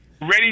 ready